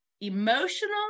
emotional